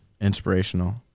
inspirational